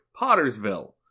Pottersville